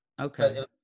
Okay